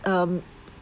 um